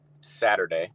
Saturday